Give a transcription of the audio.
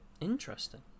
Interesting